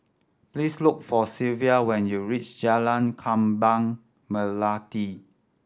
please look for Sylvia when you reach Jalan Kembang Melati